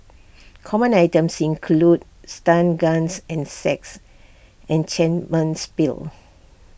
common items included stun guns and sex pills